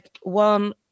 one